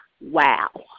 wow